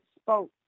spoke